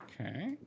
Okay